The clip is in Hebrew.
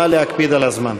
נא להקפיד על הזמן.